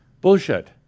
Bullshit